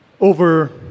over